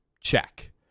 Check